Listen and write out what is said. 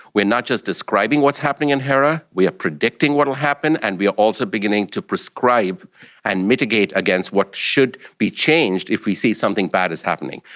we are not just describing what's happening in hera, we are predicting what will happen and we are also beginning to prescribe and mitigate against what should be changed if we see something bad is happening.